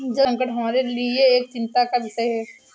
जल संकट हमारे लिए एक चिंता का विषय है